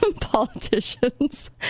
politicians